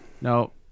No